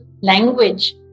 language